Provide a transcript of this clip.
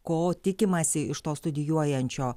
ko tikimasi iš to studijuojančio